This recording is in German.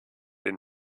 den